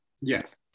Yes